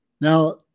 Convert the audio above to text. Now